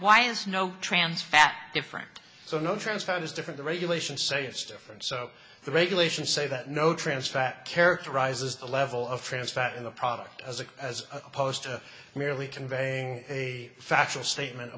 why is no trans fat different so no trans fat is different the regulations say it's different so the regulations say that no trans fat characterizes the level of france that in the product as a as opposed to merely conveying a factual statement